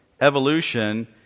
evolution